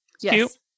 Yes